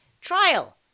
trial